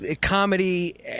comedy